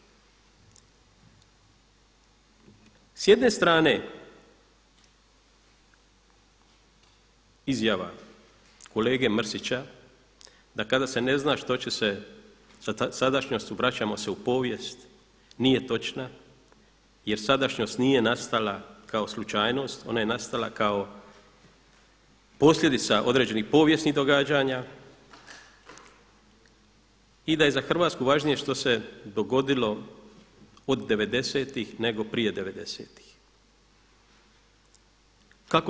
S jedne strane izjava kolege Mrsića da kada se ne zna što će se sa sadašnjošću vraćamo se u povijest, nije točna jer sadašnjost nije nastala kao slučajnost, ona je nastala kao posljedica određenih povijesnih događanja i da je za Hrvatsku važnije što se dogodilo od 90.-tih nego prije 90.-tih.